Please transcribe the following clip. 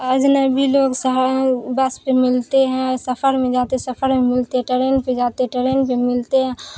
اجنبی لوگ بس پہ ملتے ہیں سفر میں جاتے سفر میں ملتے ٹرین پہ جاتے ٹرین پہ ملتے ہیں